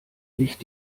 nicht